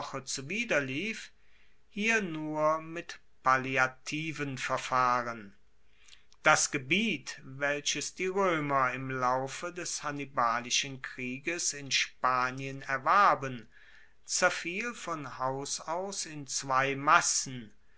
epoche zuwiderlief hier nur mit palliativen verfahren das gebiet welches die roemer im laufe des hannibalischen krieges in spanien erwarben zerfiel von haus aus in zwei massen